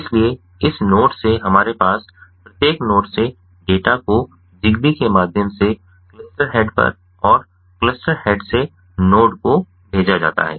इसलिए इस नोड से हमारे पास प्रत्येक नोड से डेटा को ज़िगबी के माध्यम से क्लस्टर हेड पर और क्लस्टर हेड से नोड को भेजा जाता है